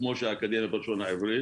כמו שהאקדמיה ללשון העברית